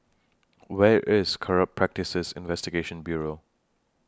Where IS Corrupt Practices Investigation Bureau